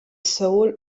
soul